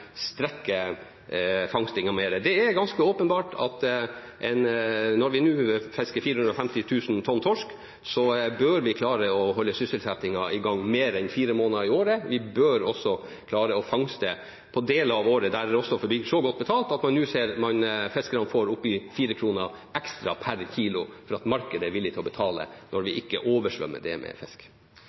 strekke fangstperioden mer. Det er ganske åpenbart at når vi fisker 450 000 tonn torsk, bør vi klare å holde sysselsettingen i gang mer enn fire måneder i året. Vi bør også klare å drive fangst i deler av året der råstoffet blir så godt betalt at fiskerne får opptil 4 kr ekstra per kilo, på grunn av at markedet er villig til å betale når vi ikke oversvømmer det med fisk.